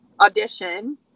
audition